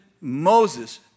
Moses